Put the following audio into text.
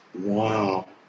wow